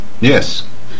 Yes